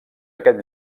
aquest